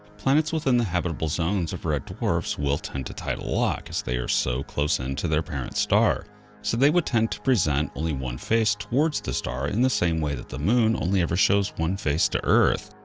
planets within the habitable zones of red dwarfs will tend to tidal lock as they are so close in to their parent star, so they would tend to present only one face towards the star in the same way that the moon only ever shows one face to earth.